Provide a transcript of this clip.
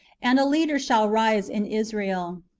and a leader shall rise in israel.